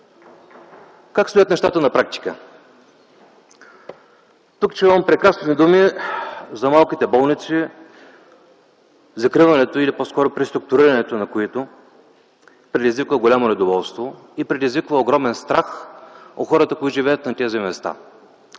Как стоят нещата на практика? Тук чувам прекрасни думи за малките болници, закриването, или по-скоро преструктурирането на които предизвиква голямо недоволство и огромен страх у хората, които живеят на тези места.